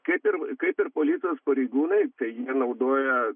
kaip ir kaip ir policijos pareigūnai tai jie naudoja